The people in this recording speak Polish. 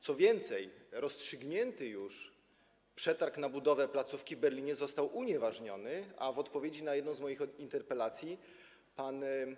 Co więcej, rozstrzygnięty już przetarg na budowę placówki w Berlinie został unieważniony, a w odpowiedzi na jedną z moich interpelacji pan